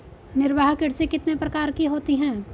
निर्वाह कृषि कितने प्रकार की होती हैं?